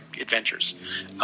adventures